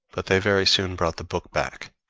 but they very soon brought the book back,